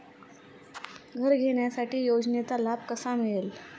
घर घेण्यासाठी योजनेचा लाभ कसा मिळेल?